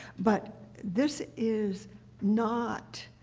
but this is not